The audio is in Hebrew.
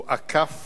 הוא עקף